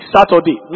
Saturday